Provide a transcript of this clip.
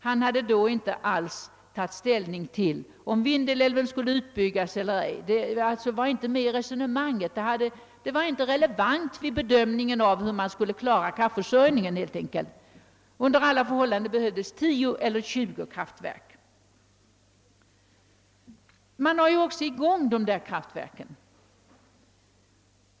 Han hade då inte alls tagit ställning till om Vindelälven skulle byggas ut eller ej — det var helt enkelt inte relevant för bedömningen av hur kraftförsörjningen skulle klaras. Under alla förhållanden behövdes alltså 10 eller 20 kraftverk. Man håller också nu på med att bygga dessa kraftverk.